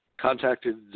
contacted